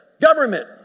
government